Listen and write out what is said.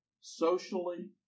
socially